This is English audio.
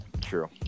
True